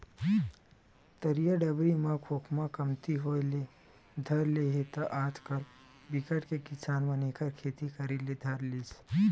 तरिया डबरी म खोखमा कमती होय ले धर ले हे त आजकल बिकट के किसान मन एखर खेती करे ले धर लिस